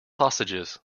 sausages